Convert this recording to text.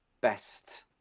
best